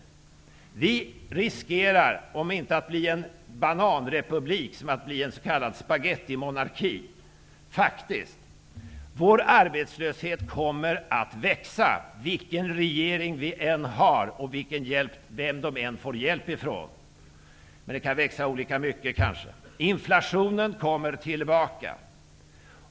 Sverige riskerar faktiskt att bli om inte en bananrepublik så i alla fall en spagettimonarki. Vår arbetslöshet kommer att växa vilken regering vi än har och vem regeringen än får hjälp av. Men arbetslösheten kan kanske växa olika mycket. Inflationen kommer tillbaka.